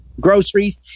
groceries